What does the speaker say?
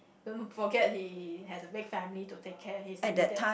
don't forget he has a big family to take care his immediate